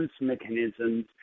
mechanisms